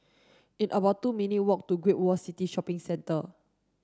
it's about two minutes' walk to Great World City Shopping Centre